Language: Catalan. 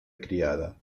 criada